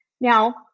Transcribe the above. Now